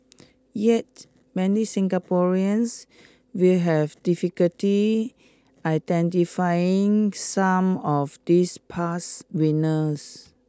yet many Singaporeans will have difficulty identifying some of these past winners